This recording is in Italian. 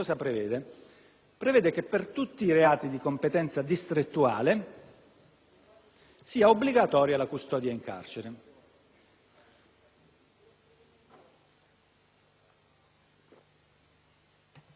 sia obbligatoria la custodia in carcere.